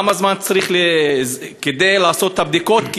כמה זמן צריך כדי לעשות את הבדיקות?